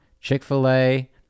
Chick-fil-A